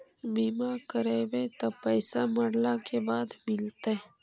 बिमा करैबैय त पैसा मरला के बाद मिलता?